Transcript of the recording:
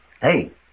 Hey